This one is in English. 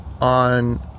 on